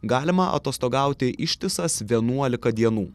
galima atostogauti ištisas vienuolika dienų